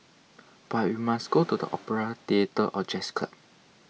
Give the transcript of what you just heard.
but we must go to the opera theatre or jazz club